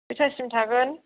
खयथासिम थागोन